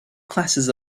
classes